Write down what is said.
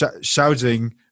shouting